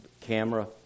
camera